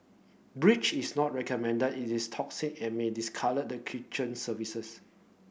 breach is not recommended it is toxic and may discolour the kitchen surfaces